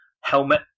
helmet